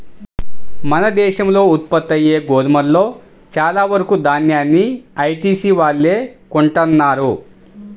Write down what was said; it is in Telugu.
మన దేశంలో ఉత్పత్తయ్యే గోధుమలో చాలా వరకు దాన్యాన్ని ఐటీసీ వాళ్ళే కొంటన్నారు